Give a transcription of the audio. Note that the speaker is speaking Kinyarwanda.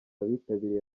abitabiriye